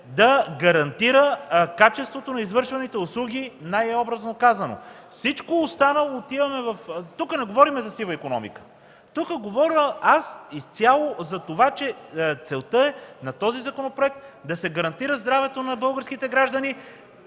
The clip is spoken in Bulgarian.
да гарантира качеството на извършваните услуги, най-образно казано. (Реплики от КБ.) Тук не говорим за сива икономика. Тук говоря за това, че целта на този законопроект е да се гарантира здравето на българските граждани,